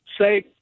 say